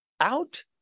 out